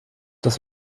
das